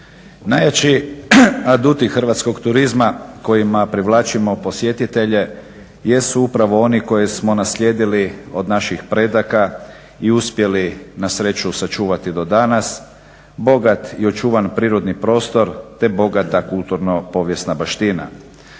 Najjači aduti hrvatskog turizma kojima privlačimo posjetitelje jesu upravo oni koje smo naslijedili od naših predaka i uspjeli na sreću sačuvati do danas, bogat i očuvan prirodni prostor te bogata kulturno povijesna baština.